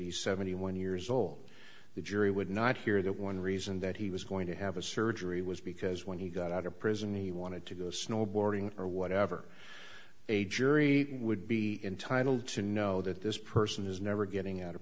he seventy one years old the jury would not hear that one reason that he was going to have a surgery was because when he got out of prison he wanted to go snowboarding or whatever a jury would be entitled to know that this person is never getting out of